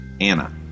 Anna